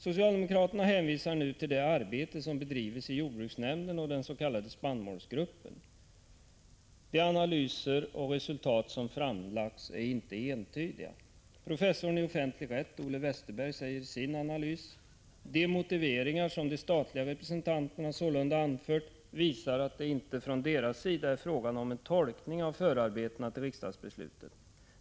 Socialdemokraterna hänvisar nu till det arbete som bedrivits i jordbruksnämnden och den s.k. spannmålsgruppen. De analyser och resultat som framlagts är inte entydiga. Professorn i offentlig rätt, Ole Westerberg, säger i sin analys: ”De motiveringar, som de statliga representanterna sålunda anfört, visar att det inte från deras sida är fråga om en tolkning av förarbetena till riksdagsbeslutet.